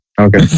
Okay